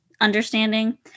understanding